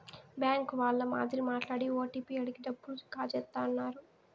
bank వాళ్ళ మాదిరి మాట్లాడి ఓటీపీ అడిగి డబ్బులు కాజేత్తన్నారు